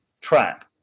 trap